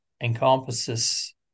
encompasses